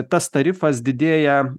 tas tarifas didėja